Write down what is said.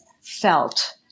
felt